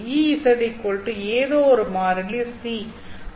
Ez ஏதோ ஒரு மாறிலி C